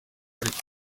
bari